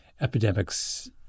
epidemics